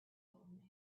old